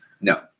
No